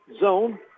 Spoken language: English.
zone